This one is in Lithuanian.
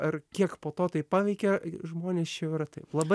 ar kiek po to tai paveikia žmones čia jau yra taip labai